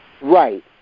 Right